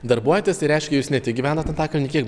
darbuojatės tai reiškia jūs ne tik gyvenat antakalnyje kiek